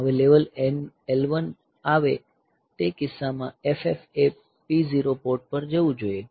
હવે level L1 આવે તે કિસ્સોમાં FF એ P0 પોર્ટ પર જવું જોઈએ